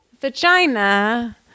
vagina